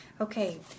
Okay